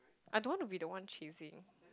I don't want to be the one choosing